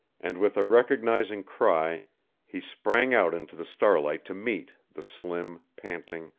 and with a recognizing cry he sprang out into the starlight to meet the slim, panting,